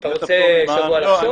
אתה רוצה שבוע לחשוב?